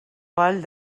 vall